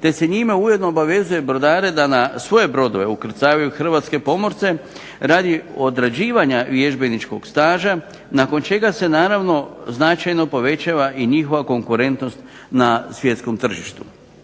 te se njime ujedno obvezuje brodare da na svoje brodove ukrcavaju Hrvatske pomorce radi odrađivanja vježbeničkog staža nakon čega se naravno značajno povećava njihova konkurentnost na svjetskom tržištu.